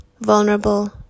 vulnerable